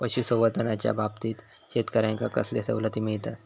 पशुसंवर्धनाच्याबाबतीत शेतकऱ्यांका कसले सवलती मिळतत?